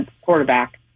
quarterback